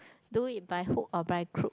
do it by hook or by crook